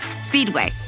Speedway